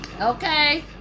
okay